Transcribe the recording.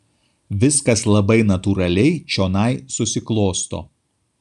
viskas labai natūraliai čionai susiklosto